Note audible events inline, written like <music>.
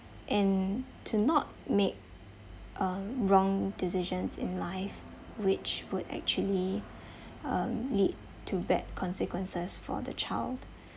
and to not make uh wrong decisions in life which would actually <breath> um lead to bad consequences for the child